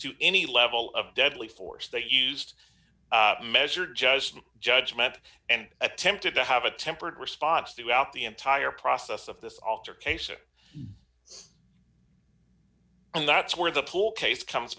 to any level of deadly force they used measure just judgment and attempted to have a tempered response throughout the entire process of this altercation and that's where the pool case comes